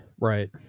right